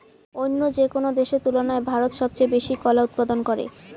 অইন্য যেকোনো দেশের তুলনায় ভারত সবচেয়ে বেশি কলা উৎপাদন করে